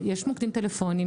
יש מוקדים טלפוניים,